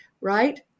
right